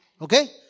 Okay